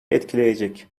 etkileyecek